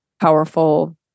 powerful